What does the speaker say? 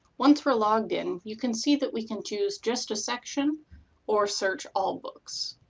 once we're logged in you can see that we can choose just a section or search all ebooks.